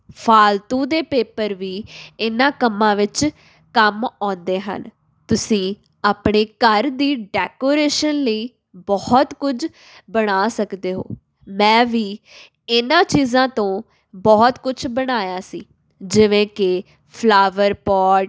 ਫਾਲਤੂ ਦੇ ਪੇਪਰ ਵੀ ਇਹਨਾਂ ਕੰਮਾਂ ਵਿੱਚ ਕੰਮ ਆਉਂਦੇ ਹਨ ਤੁਸੀਂ ਆਪਣੇ ਘਰ ਦੀ ਡੈਕੋਰੇਸ਼ਨ ਲਈ ਬਹੁਤ ਕੁਝ ਬਣਾ ਸਕਦੇ ਹੋ ਮੈਂ ਵੀ ਇਹਨਾਂ ਚੀਜ਼ਾਂ ਤੋਂ ਬਹੁਤ ਕੁਛ ਬਣਾਇਆ ਸੀ ਜਿਵੇਂ ਕਿ ਫਲਾਵਰ ਪੋਟ